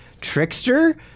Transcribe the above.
Trickster